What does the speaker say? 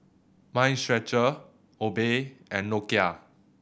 Mind Stretcher Obey and Nokia